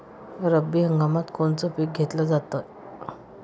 रब्बी हंगामात कोनचं पिक घेतलं जाते?